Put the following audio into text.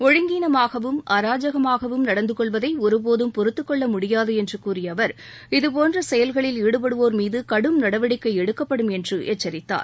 ஒழுங்கீனமாகவும் அராஜகமாகவும் நடந்து கொள்வதை ஒருபோதும் பொறுத்துக் கொள்ள முடியாது என்று கூறிய அவர் இதுபோன்ற செயல்களில் ஈடுபடுவோர்மீது கடும் நடவடிக்கை எடுக்கப்படும் என்று எச்சரிக்கார்